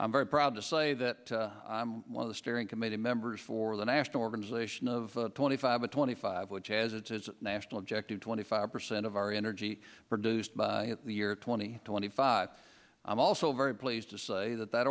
i'm very proud to say that i'm one of the steering committee members for the national organization of twenty five a twenty five which has its national to twenty five percent of our energy produced by the year twenty twenty five i'm also very pleased to say that that